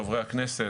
חברי הכנסת,